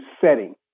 setting